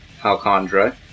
Halcondra